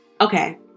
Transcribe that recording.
okay